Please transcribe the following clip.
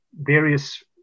various